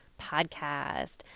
podcast